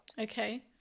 Okay